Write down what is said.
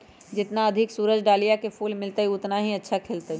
जितना अधिक सूरज डाहलिया के फूल मिलतय, उतना ही अच्छा खिलतय